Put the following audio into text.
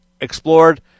explored